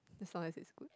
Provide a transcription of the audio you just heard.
as long as its good